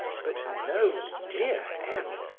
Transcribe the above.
but no, dear m,